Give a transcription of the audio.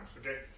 Okay